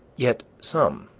yet some,